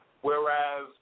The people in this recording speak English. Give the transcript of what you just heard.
whereas